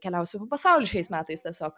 keliausiu po pasaulį šiais metais tiesiog